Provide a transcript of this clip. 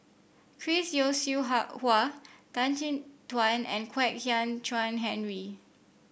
Chris Yeo Siew Hua Tan Chin Tuan and Kwek Hian Chuan Henry